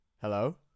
Hello